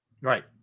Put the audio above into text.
Right